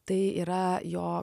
tai yra jo